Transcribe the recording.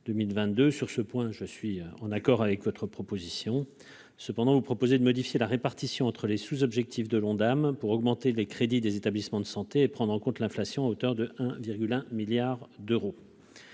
l'Ondam 2022. Je suis en accord avec cette proposition. Cependant, l'amendement vise également à modifier la répartition entre les sous-objectifs de l'Ondam pour augmenter les crédits des établissements de santé et prendre en compte l'inflation, à hauteur de 1,1 milliard d'euros.